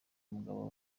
umugabo